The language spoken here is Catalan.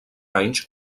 anys